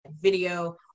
video